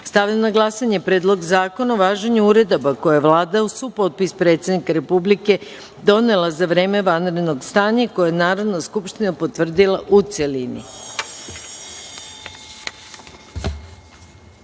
na glasanje Predlog zakona o važenju uredaba koje je Vlada uz supotpis predsednika Republike donela za vreme vanrednog stanja i koje je Narodna skupština potvrdila, u